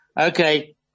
Okay